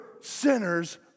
sinners